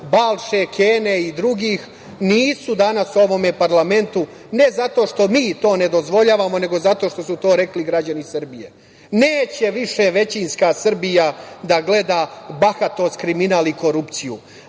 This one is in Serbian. Balše, Kene i drugih nisu danas u ovome parlamentu, ne zato što mi to ne dozvoljavamo, nego zato što su to rekli građani Srbije. Neće više većinska Srbija da gleda bahatost, kriminal i korupciju.